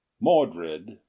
mordred